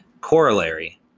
Corollary